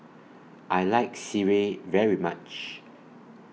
I like Sireh very much